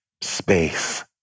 space